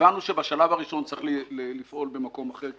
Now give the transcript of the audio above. הבנו שבשלב הראשון צריך לפעול במקום אחר,